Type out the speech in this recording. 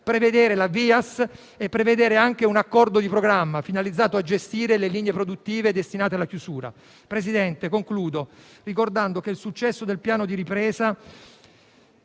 ambientale speciale (VIAS) e anche un accordo di programma, finalizzato a gestire le linee produttive destinate alla chiusura. Signor Presidente, concludo ricordando che il successo del piano di ripresa